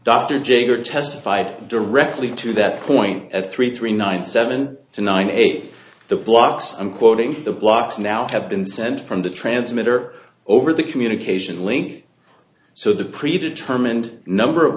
dr jager testified directly to that point at three three nine seven to nine eight the blocks i'm quoting the blocks now have been sent from the transmitter over the communication link so the pre determined number of